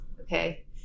okay